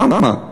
למה?